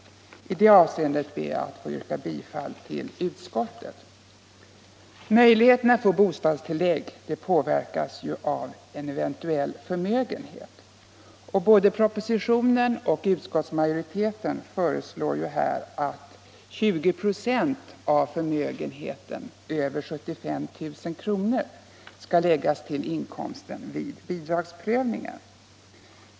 I det avseendet ber jag att få yrka bifall till utskottets hemställan. Möjligheten att få bostadstillägg påverkas ju av eventuell förmögenhet, och både departementschefen och utskottsmajoriteten föreslår att 20 96 av förmögenheten över 75 000 kr. skall läggas till inkomsten vid bidragsprövningen.